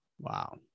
Wow